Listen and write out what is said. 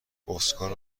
اسکار